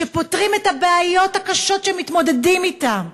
שפותרים את הבעיות הקשות שהם מתמודדים אתן: